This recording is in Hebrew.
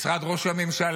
משרד ראש הממשלה,